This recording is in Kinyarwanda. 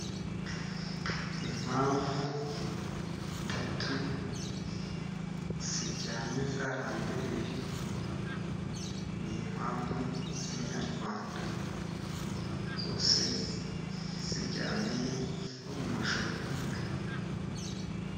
Inkwavu eshatu ziryamye zarambirije, ni inkwavu z'inyarwanda, zose ziryamiye umujyo umwe.